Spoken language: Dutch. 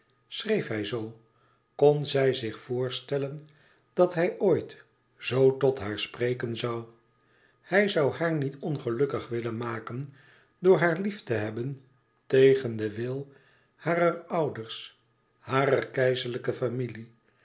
schreef hij zoo kon zij zich voorstellen dat hij ooit z tot haar spreken zoû hij zoû haar niet ongelukkig willen maken door haar lief te hebben tegen den wil harer ouders harer keizerlijke familie